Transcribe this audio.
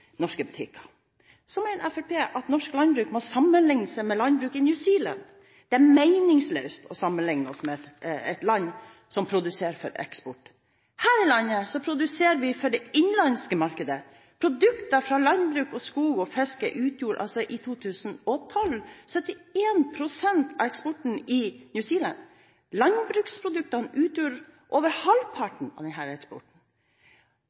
Så mener Fremskrittspartiet at norsk landbruk må sammenligne seg med landbruket i New Zealand. Det er meningsløst å sammenligne oss med et land som produserer for eksport. Her i landet produserer vi for det innenlandske markedet. Produkter fra landbruk, skogbruk og fiske utgjorde i 2012 71 pst. av eksporten fra New Zealand. Landbruksprodukter utgjør over halvparten av denne eksporten. I